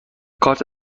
کارت